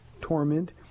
torment